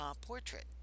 portrait